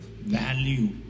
value